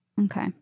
Okay